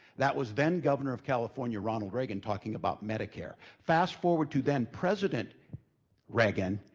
that was then-governor of california, ronald reagan talking about medicare. fast forward to then-president reagan,